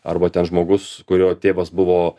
arba ten žmogus kurio tėvas buvo